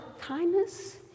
kindness